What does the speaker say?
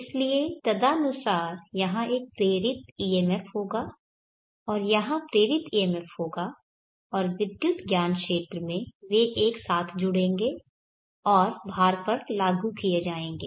इसलिए तदनुसार यहां एक प्रेरित EMF होगा और यहां प्रेरित EMF होगा और विद्युत ज्ञानक्षेत्र में वे एक साथ जुड़ेंगे और भार पर लागू किए जाएंगे